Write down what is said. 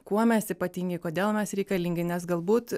kuo mes ypatingi kodėl mes reikalingi nes galbūt